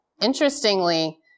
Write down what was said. Interestingly